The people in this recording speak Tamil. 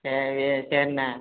சரி சரிண்ணே